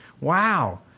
Wow